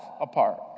apart